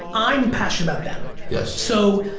i'm passionate about them yes. so,